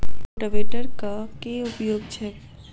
रोटावेटरक केँ उपयोग छैक?